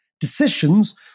Decisions